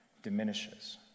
diminishes